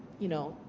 you know,